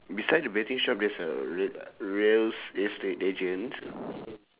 beside the betting shop there's a r~ real estate agent